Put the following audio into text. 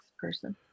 person